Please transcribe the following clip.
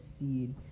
seed